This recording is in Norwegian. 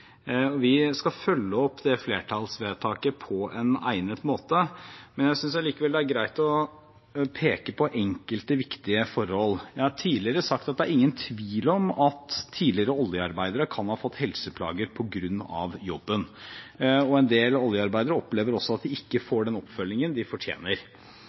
Vi skal følge opp flertallsvedtaket på egnet måte, men jeg synes allikevel det er greit å peke på enkelte viktige forhold. Jeg har tidligere sagt at det er ingen tvil om at tidligere oljearbeidere kan ha fått helseplager på grunn av jobben. En del oljearbeidere opplever også at de ikke får den oppfølgingen de fortjener.